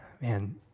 Man